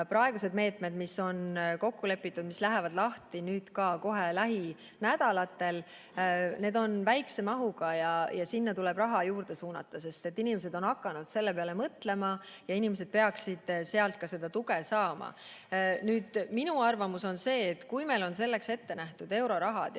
praegused meetmed, mis on kokku lepitud, mis lähevad lahti nüüd lähinädalatel, on väikese mahuga ja sinna tuleb raha juurde suunata, sest inimesed on hakanud selle peale mõtlema ja peaksid sealt ka seda tuge saama. Nüüd, minu arvamus on see, et kui meil on selleks ette nähtud euroraha – ja